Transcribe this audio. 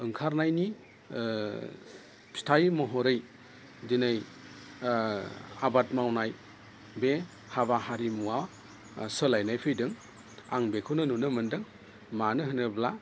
ओंखारनायनि फिथाइ महरै दिनै आबाद मावनाय बे हाबा हारिमुआ सोलायनाय फैदों आं बेखौनो नुनो मोनदों मानो होनोब्ला